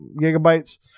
gigabytes